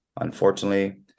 unfortunately